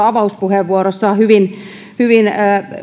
avauspuheenvuorossaan hyvin hyvin